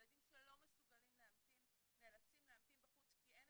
ילדים שלא מסוגלים להמתין נאלצים להמתין בחוץ כי אין